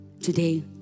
today